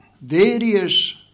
various